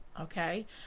okay